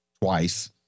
twice